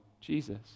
Jesus